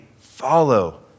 follow